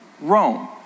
Rome